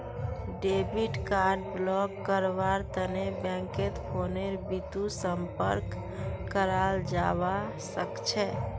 debit card block करव्वार तने बैंकत फोनेर बितु संपर्क कराल जाबा सखछे